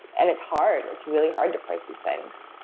and it's hard. it's really hard to price these things.